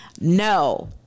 No